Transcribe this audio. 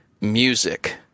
music